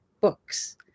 books